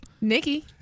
Nikki